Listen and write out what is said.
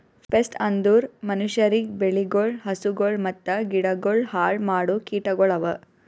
pest ಅಂದುರ್ ಮನುಷ್ಯರಿಗ್, ಬೆಳಿಗೊಳ್, ಹಸುಗೊಳ್ ಮತ್ತ ಗಿಡಗೊಳ್ ಹಾಳ್ ಮಾಡೋ ಕೀಟಗೊಳ್ ಅವಾ